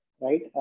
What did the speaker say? right